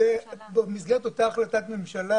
במסגרת אותה החלטת ממשלה